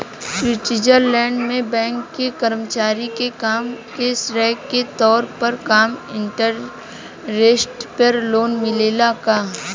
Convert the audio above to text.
Switzerland में bank के कर्मचारी के काम के श्रेय के तौर पर कम इंटरेस्ट पर लोन मिलेला का?